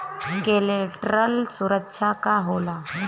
Collateral सुरक्षा का होला?